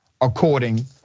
according